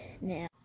now